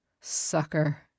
sucker